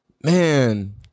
man